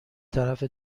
طرف